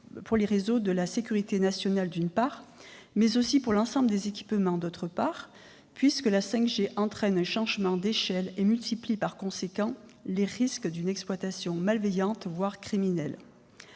les réseaux de la sécurité nationale, mais aussi pour l'ensemble des équipements, puisque la 5G entraîne un changement d'échelle et multiplie, par conséquent, les risques d'une exploitation malveillante, voire criminelle.